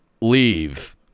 Leave